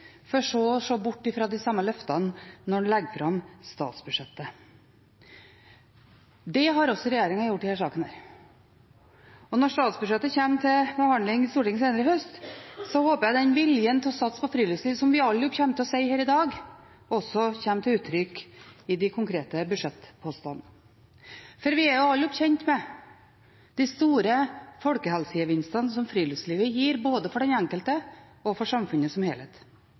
for så å se bort fra de samme løftene når en legger fram statsbudsjettet. Det har også regjeringen gjort i denne saken. Når statsbudsjettet skal opp til behandling i Stortinget senere i høst, håper jeg den viljen til å satse på friluftsliv, som vi alle nok kommer til å gi uttrykk for her i dag, også kommer til uttrykk i de konkrete budsjettpostene. For vi er alle godt kjent med de store folkehelsegevinstene som friluftslivet gir, både for den enkelte og for samfunnet som helhet.